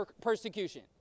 persecution